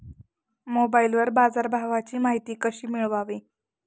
मोबाइलवर बाजारभावाची माहिती कशी मिळवावी?